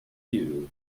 queue